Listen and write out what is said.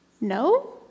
No